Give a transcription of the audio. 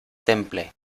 temple